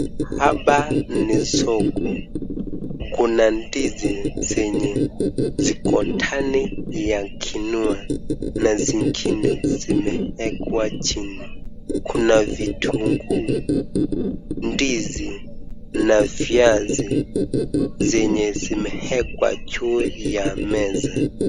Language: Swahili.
Hapa ni soko, kuna ndizi zenye ziko ndani ya kinua na zingine zimeekwa chini. Kuna vitunguu, ndizi na viazi zenye zimeekwa juu ya meza.